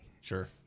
Sure